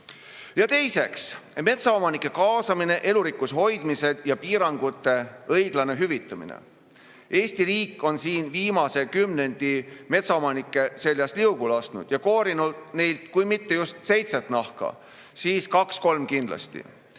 Teiseks, metsaomanike kaasamine elurikkuse hoidmisel ja piirangute õiglane hüvitamine. Eesti riik on siin viimase kümnendi metsaomanike seljas liugu lasknud ja koorinud neilt kui mitte just seitse nahka, siis kaks-kolm kindlasti.